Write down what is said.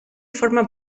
forma